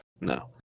No